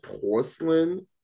porcelain